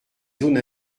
zones